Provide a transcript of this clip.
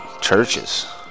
churches